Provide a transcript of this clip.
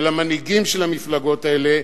של המנהיגים של המפלגות האלה,